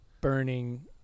burning